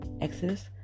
Exodus